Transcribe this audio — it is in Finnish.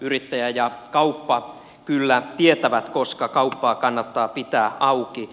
yrittäjä ja kauppa kyllä tietävät koska kauppaa kannattaa pitää auki